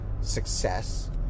success